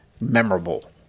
memorable